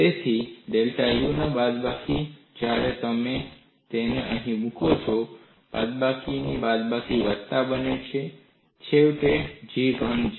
તેથી delta U ના બાદબાકી જ્યારે તમે તેને અહીં મુકો છો બાદબાકીની બાદબાકી વત્તા બને છે છેવટે G ધન છે